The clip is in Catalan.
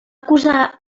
acusar